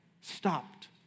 stopped